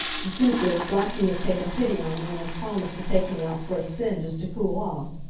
the truth is, blackie has taken pity on me and has promised to take me out for a spin, just to cool off.